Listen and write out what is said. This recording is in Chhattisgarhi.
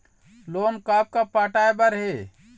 लोन कब कब पटाए बर हे?